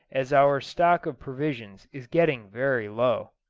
as our stock of provisions is getting very low.